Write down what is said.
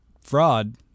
fraud